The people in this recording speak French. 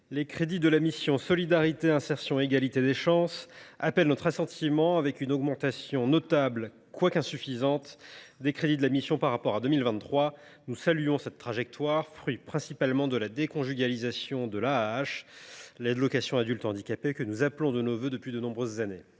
les crédits de la mission « Solidarité, insertion et égalité des chances » recueillent notre assentiment, avec une augmentation – notable, quoique insuffisante – de 4,6 % par rapport à 2023. Nous saluons cette trajectoire, fruit, principalement, de la déconjugalisation de l’allocation aux adultes handicapés, que nous appelions de nos vœux depuis de nombreuses années.